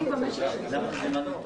באתם עם שיעורים מהבית